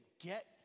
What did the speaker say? get